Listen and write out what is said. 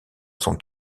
sont